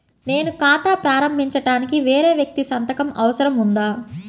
నేను ఖాతా ప్రారంభించటానికి వేరే వ్యక్తి సంతకం అవసరం ఉందా?